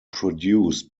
produced